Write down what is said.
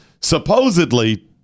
supposedly